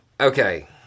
Okay